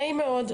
נעים מאוד,